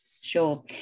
Sure